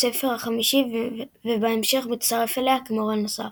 הספר החמישי, ובהמשך מצטרף אליה כמורה נוסף.